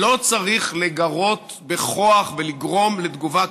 לא צריך לגרות בכוח ולגרום לתגובה,